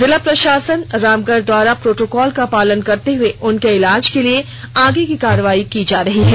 जिला प्रशासन रामगढ़ द्वारा प्रोटोकॉल का पालन करते हुए उनके इलाज के लिए आगे की कार्रवाई की जा रही है